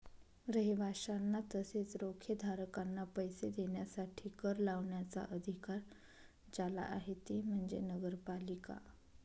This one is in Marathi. रहिवाशांना तसेच रोखेधारकांना पैसे देण्यासाठी कर लावण्याचा अधिकार ज्याला आहे ती म्हणजे नगरपालिका